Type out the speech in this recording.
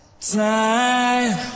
Time